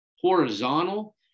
horizontal